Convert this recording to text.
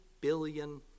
billion